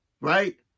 Right